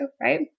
right